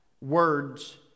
words